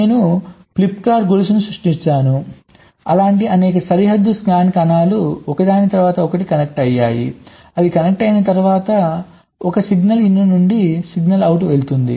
నేను ఫ్లిప్ ఫ్లాప్లflip flops గొలుసును సృష్టిస్తున్నాను అలాంటి అనేక సరిహద్దు స్కాన్ కణాలు ఒకదాని తరువాత ఒకటి కనెక్ట్ అయ్యాయి అవి కనెక్ట్ అయిన తర్వాత ఒకటి సిగ్నల్ ఇన్ నుండి సిగ్నల్ అవుట్ వెళుతుంది